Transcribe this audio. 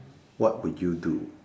what would you do